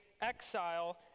exile